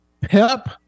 pep